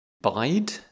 Bide